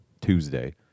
Tuesday